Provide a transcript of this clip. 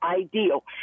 ideal